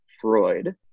Freud